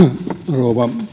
rouva